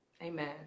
Amen